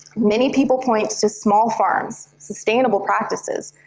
many people point to small farms, sustainable practices,